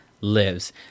lives